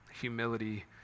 Humility